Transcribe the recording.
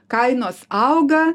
kainos auga